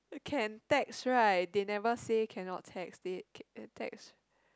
can text right they never say cannot text they text